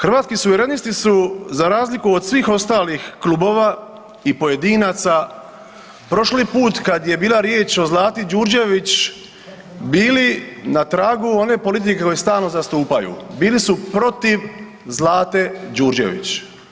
Hrvatski suverenisti su za razliku od svih ostalih klubova i pojedinaca prošli put kad je bila riječ o Zlati Đurđević bili na tragu one politike koju stalno zastupaju, bili su protiv Zlate Đurđević.